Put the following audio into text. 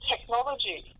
technology